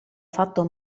fatto